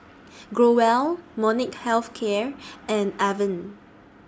Growell Molnylcke Health Care and Avene